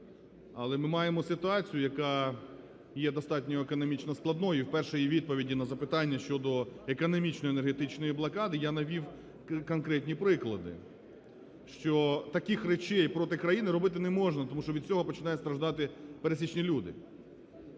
Але ми маємо ситуацію, яка є достатньо економічно складною і в першій відповіді на запитання щодо економічно-енергетичної блокади я навів конкретні приклади, що таких речей проти країни робити не можна, тому що від цього починають страждати пересічні люди.